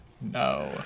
no